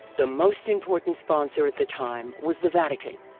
the most important sponsor at the time was the vatican.